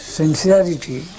sincerity